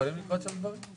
ויכולים לקרות שם דברים.